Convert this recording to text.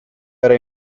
era